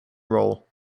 roll